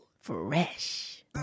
fresh